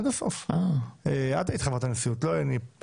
בכנסת הקודמת את היית חברת הנשיאות ולא אני.